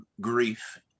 grief